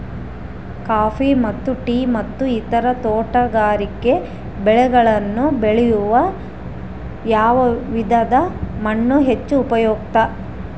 Coffee ಮತ್ತು tea ಮತ್ತು ಇತರ ತೋಟಗಾರಿಕೆ ಬೆಳೆಗಳನ್ನು ಬೆಳೆಯಲು ಯಾವ ವಿಧದ ಮಣ್ಣು ಹೆಚ್ಚು ಉಪಯುಕ್ತ?